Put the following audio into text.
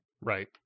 right